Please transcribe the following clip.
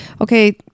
Okay